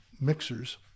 mixers